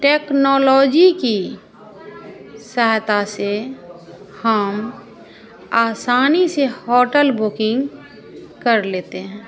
technology की सहायता से हम आसानी से होटल बुकिंग कर लेते हैं